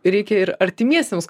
reikia ir artimiesiems